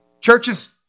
Churches